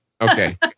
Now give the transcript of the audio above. Okay